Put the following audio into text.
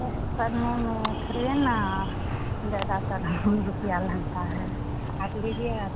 test करने में थोड़िए न ज्यादातर दो रुपैया लगता है आप लीजिएगा